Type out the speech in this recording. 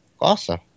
Awesome